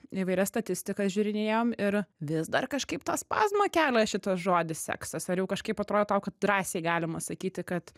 įvairias statistikas žiūrinėjom ir vis dar kažkaip tą spazmą kelia šitas žodis seksas ar jau kažkaip atrodo tau kad drąsiai galima sakyti kad